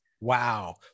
Wow